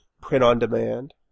print-on-demand